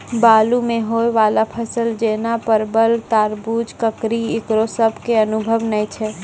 बालू मे होय वाला फसल जैना परबल, तरबूज, ककड़ी ईकरो सब के अनुभव नेय छै?